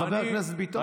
חבר הכנסת ביטון,